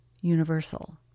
universal